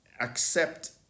accept